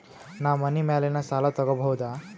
ನಾ ಮನಿ ಮ್ಯಾಲಿನ ಸಾಲ ತಗೋಬಹುದಾ?